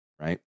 Right